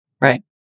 right